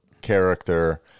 character